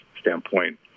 standpoint